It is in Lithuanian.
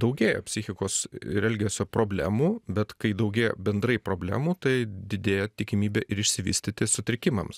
daugėja psichikos ir elgesio problemų bet kai daugėja bendrai problemų tai didėja tikimybė ir išsivystyti sutrikimams